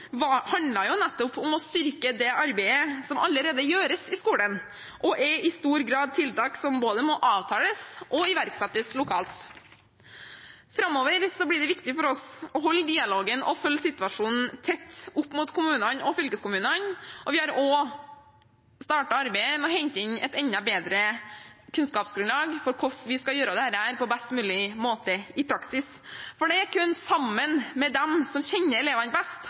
nettopp om å styrke det arbeidet som allerede gjøres i skolen, og er i stor grad tiltak som både må avtales og iverksettes lokalt. Framover blir det viktig for oss å holde dialogen og følge situasjonen tett opp mot kommunene og fylkeskommunene. Vi har også startet arbeidet med å hente inn et enda bedre kunnskapsgrunnlag for hvordan vi skal gjøre dette på best mulig måte i praksis. For det er kun sammen med dem som kjenner elevene best,